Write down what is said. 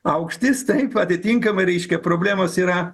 aukštis taip atitinkamai reiškia problemos yra